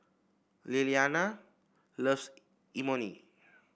Lilyana loves Imoni